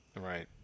Right